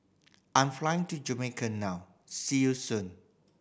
I'm flying to Jamaica now see you soon